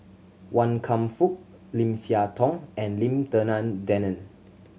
Wan Kam Fook Lim Siah Tong and Lim Denan Denon